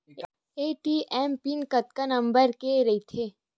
ATM pin कतका number के रही थे?